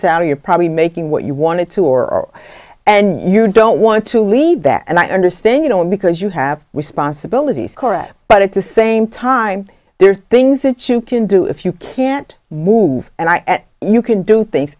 salary you're probably making what you wanted to or and you don't want to leave that and i understand you don't because you have responsibilities kora but at the same time there are things that you can do if you can't move and you can do things